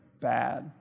bad